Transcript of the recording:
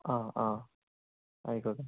ആ ആ ആയിക്കോട്ടെ